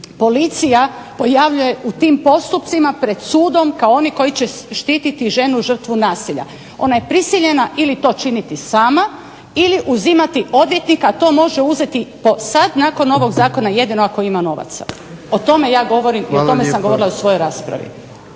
policija pojavljuje u tim postupcima pred sudom kao oni koji će štititi ženu žrtvu nasilja. Ona je prisiljena ili to činiti sama ili uzimati odvjetnika, a to može uzeti sad nakon ovog Zakona jedino ako ima novaca. O tome ja govorim i o tome sam govorila u svojoj raspravi.